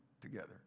together